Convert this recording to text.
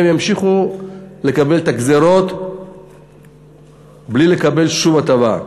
הם ימשיכו לקבל את הגזירות בלי לקבל שום הטבה.